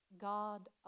God